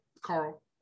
Carl